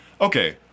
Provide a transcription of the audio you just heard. Okay